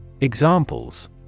Examples